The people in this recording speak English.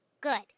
Good